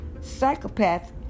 Psychopath